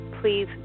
please